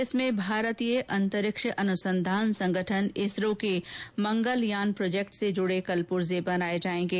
इसमें भारतीय अंतरिक्ष अन्संधान संगठन इसरो के मंगलयान प्रोजेक्ट से जुड़े कलपुर्जे बनाए जाएंगे